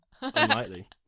unlikely